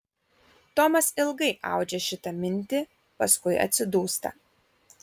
tomas ilgai audžia šitą mintį paskui atsidūsta